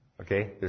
Okay